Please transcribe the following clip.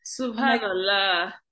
Subhanallah